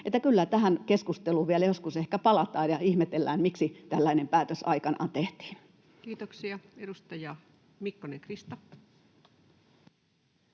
kyllä tähän keskusteluun vielä joskus ehkä palataan ja ihmetellään, miksi tällainen päätös aikanaan tehtiin. Kiitoksia. — Edustaja Mikkonen, Krista.